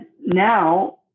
now